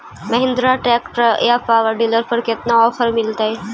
Mahindra tractor या power dealer पर कितना ओफर मीलेतय?